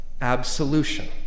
absolution